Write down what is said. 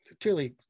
Truly